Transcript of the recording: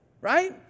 right